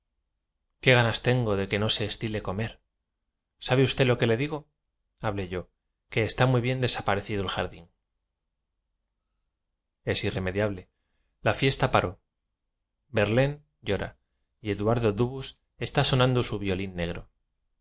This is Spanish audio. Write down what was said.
qué ganas tengo que no se estile comer sa be usted lo que le digo hablé yo que está muy bien desaparecido el jardín es irremediable la fiesta pa ró verlaine llora y eduardo dubus está sonando su violín negro